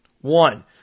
One